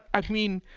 i mean,